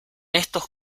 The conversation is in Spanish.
estos